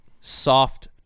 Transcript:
soft